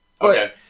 Okay